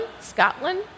Scotland